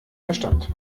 verstand